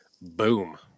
boom